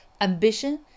ambition